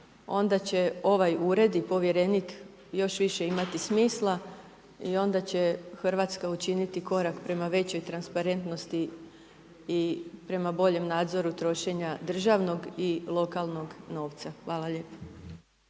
onda će ovaj Ured i povjerenik još više imati smisla i onda će RH učiniti korak prema većoj transparentnosti i prema boljem nadzoru trošenja državnog i lokalnog novca. Hvala lijepo.